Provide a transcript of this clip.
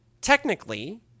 technically